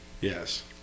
Yes